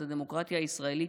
את הדמוקרטיה הישראלית,